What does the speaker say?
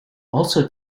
also